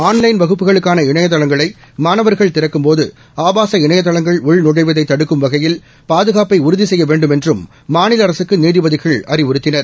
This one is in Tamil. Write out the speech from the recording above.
ஆன்லைன் வகுப்புகளுக்கான இணையதளங்களை மாணவர்கள் திறக்கும்போது ஆபாச இணையதளங்கள் உள் நுழைவதை தடுக்கும் வகையில் பாதுகாப்பை உறுதி செய்ய வேண்டும் என்றும் மாநில அரசுக்கு நீதிபதிகள் அறிவுறுத்தினர்